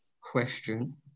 question